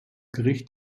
gericht